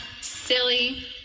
silly